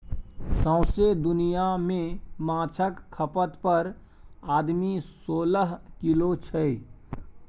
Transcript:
सौंसे दुनियाँ मे माछक खपत पर आदमी सोलह किलो छै